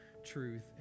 truth